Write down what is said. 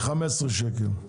ב-15 ₪?